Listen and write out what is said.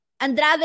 Andrade